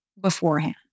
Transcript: beforehand